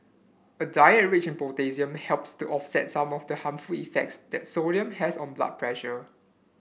a diet rich in potassium helps to offset some of the harmful effects that sodium has on blood pressure